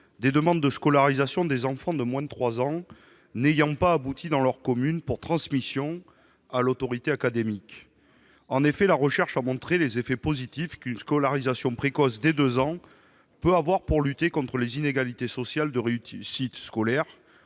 des demandes de scolarisation d'enfants de moins de 3 ans n'ayant pas abouti dans leur commune, pour transmission à l'autorité académique. La recherche a montré les effets positifs d'une scolarisation précoce, dès 2 ans, pour lutter contre les inégalités sociales à l'école.